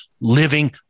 living